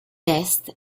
est